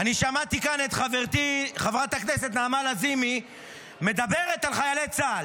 אני שמעתי כאן את חברתי חברת הכנסת נעמה לזימי מדברת על חיילי צה"ל.